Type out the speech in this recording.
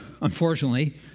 unfortunately